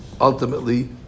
ultimately